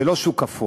זה לא שוק אפור,